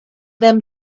them